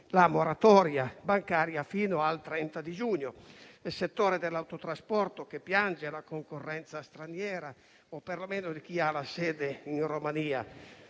sui crediti bancari fino al 30 di giugno nel settore dell'autotrasporto, che piange la concorrenza straniera o perlomeno di chi ha la sede in Romania.